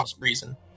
reason